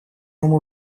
ему